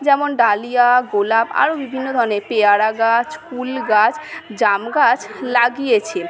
যেমন ডালিয়া গোলাপ আরও বিভিন্ন ধরণের পেয়ারা গাছ কুল গাছ জাম গাছ লাগিয়েছে